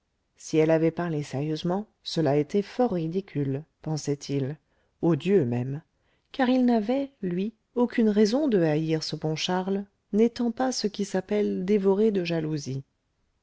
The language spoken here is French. si elle avait parlé sérieusement cela était fort ridicule pensait-il odieux même car il n'avait lui aucune raison de haïr ce bon charles n'étant pas ce qui s'appelle dévoré de jalousie